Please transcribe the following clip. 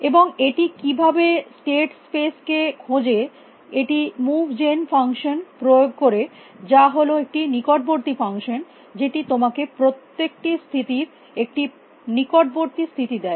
এবং এটি কিভাবে স্টেট স্পেস কে খোঁজে এটি মুভ জেন ফাংশন প্রয়োগ করে যা হল একটি নিকটবর্তী ফাংশন যেটি তোমাকে প্রত্যেকটি স্থিতির একটি নিকটবর্তী স্থিতি দেয়